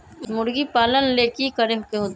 मुर्गी पालन ले कि करे के होतै?